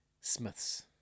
Smiths